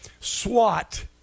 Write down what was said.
swat